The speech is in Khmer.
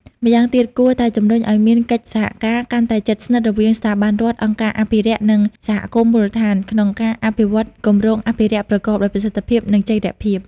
ម្យ៉ាងទៀត គួរតែជំរុញឱ្យមានកិច្ចសហការកាន់តែជិតស្និទ្ធរវាងស្ថាប័នរដ្ឋ អង្គការអភិរក្ស និងសហគមន៍មូលដ្ឋាន ក្នុងការអនុវត្តគម្រោងអភិរក្សប្រកបដោយប្រសិទ្ធភាព និងចីរភាព។